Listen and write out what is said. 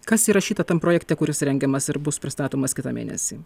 kas įrašyta tam projekte kuris rengiamas ir bus pristatomas kitą mėnesį